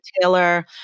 Taylor